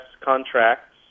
contracts